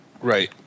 right